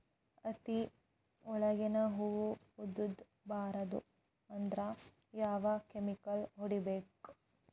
ಹತ್ತಿ ಒಳಗ ಹೂವು ಉದುರ್ ಬಾರದು ಅಂದ್ರ ಯಾವ ಕೆಮಿಕಲ್ ಹೊಡಿಬೇಕು?